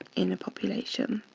in a population.